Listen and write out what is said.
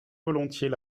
volontiers